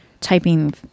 typing